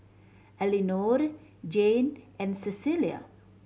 Elinore Jane and Cecilia